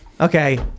Okay